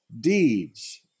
deeds